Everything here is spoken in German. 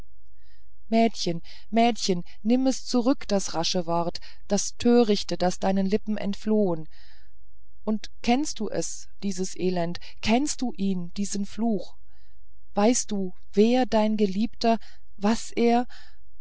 mädchen mädchen nimm es zurück das rasche wort das törichte das deinen lippen entflohen und kennst du es dieses elend kennst du ihn diesen fluch weißt du wer dein geliebter was er